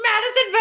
Madison